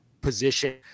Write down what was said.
position